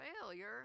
failure